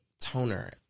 toner